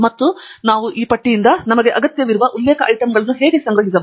ಮತ್ತು ನಾವು ಈ ಪಟ್ಟಿಯಿಂದ ನಮಗೆ ಅಗತ್ಯವಿರುವ ಉಲ್ಲೇಖ ಐಟಂಗಳನ್ನು ಹೇಗೆ ಸಂಗ್ರಹಿಸಬಹುದು